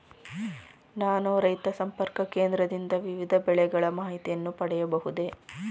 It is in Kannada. ನಾನು ರೈತ ಸಂಪರ್ಕ ಕೇಂದ್ರದಿಂದ ವಿವಿಧ ಬೆಳೆಗಳ ಮಾಹಿತಿಯನ್ನು ಪಡೆಯಬಹುದೇ?